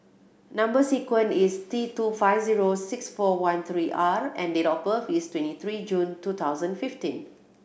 number sequence is T two five zero six four one three R and date of birth is twenty three June two thousand fifteen